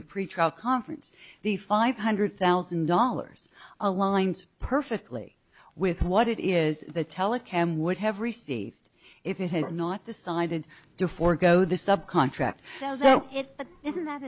the pretrial conference the five hundred thousand dollars aligns perfectly with what it is the telecom would have received if it had not decided to forgo the sub contract it but isn't that